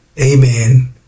amen